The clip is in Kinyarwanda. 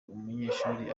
umunyeshuri